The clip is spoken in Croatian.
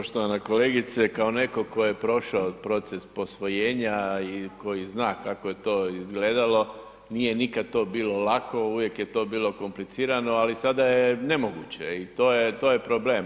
Poštovana kolegice, kao neko ko je prošao proces posvojenja i koji zna kako je to izgledalo, nije nikad to bilo lako, uvijek je to bilo komplicirano, ali sada je nemoguće i to je, to je problem.